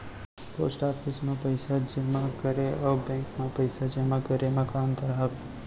post office मा पइसा जेमा करे अऊ बैंक मा पइसा जेमा करे मा का अंतर हावे